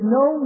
no